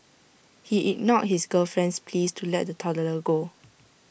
he ignored his girlfriend's pleas to let the toddler go